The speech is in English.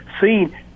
seen